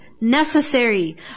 Necessary